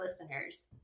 listeners